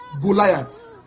Goliath